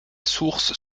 source